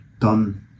done